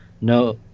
no